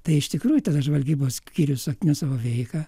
tai iš tikrųjų tada žvalgybos skyrius atnaujino savo veiką